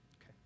okay